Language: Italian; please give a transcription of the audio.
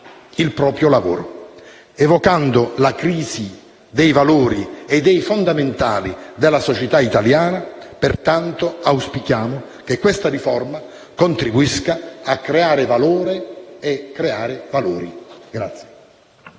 il proprio lavoro, evocando la crisi dei valori e dei fondamentali della società italiana. Pertanto, auspichiamo che questa riforma contribuisca a creare valori. PRESIDENTE. È